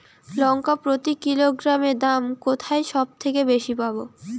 লঙ্কা প্রতি কিলোগ্রামে দাম কোথায় সব থেকে বেশি পাব?